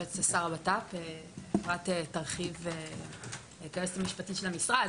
אפרת תרחיב כיועצת המשפטית של המשרד,